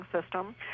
system